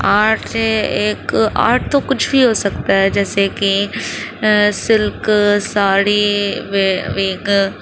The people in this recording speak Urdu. آرٹ سے ایک آرٹ تو کچھ بھی ہو سکتا ہے جیسے کہ سلک ساڑھی وہ وہ ایک